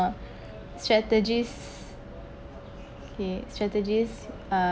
strategies strategies uh